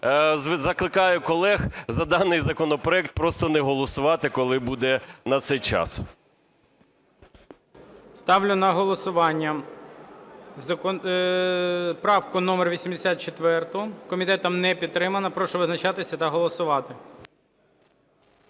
закликаю колег за даний законопроект просто не голосувати, коли буде на це час. ГОЛОВУЮЧИЙ. Ставлю на голосування правку номер 84. Комітетом не підтримана. Прошу визначатися та голосувати.